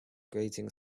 grating